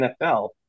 NFL